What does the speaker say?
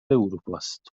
اروپاست